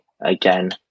Again